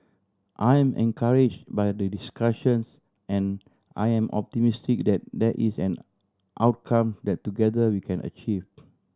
I am encourage by the discussions and I am optimistic that that is an outcome that together we can achieve